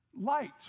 Light